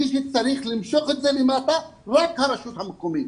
מי שצריך למשוך את זה למטה, רק הרשות המקומית.